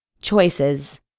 Choices